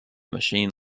machine